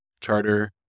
charter